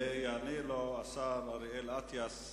ויענה לו השר אריאל אטיאס,